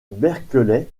berkeley